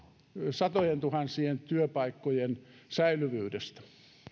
satojentuhansien työpaikkojen säilymisestä